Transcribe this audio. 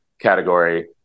category